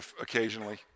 occasionally